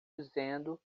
dizendo